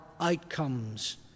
outcomes